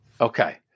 Okay